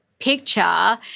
picture